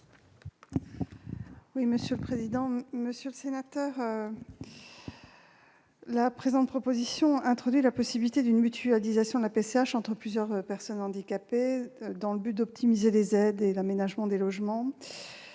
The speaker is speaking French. du Gouvernement ? Monsieur le sénateur, cet amendement vise à introduire la possibilité d'une mutualisation de la PCH entre plusieurs personnes handicapées dans le but d'optimiser les aides et l'aménagement des logements.